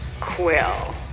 Quill